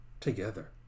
Together